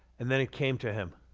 and then it came to him.